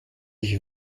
ich